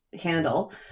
handle